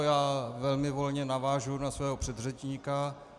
Já velmi volně navážu na svého předřečníka.